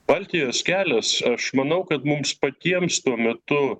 baltijos kelias aš manau kad mums patiems tuo metu